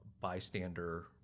bystander